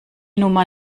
nummer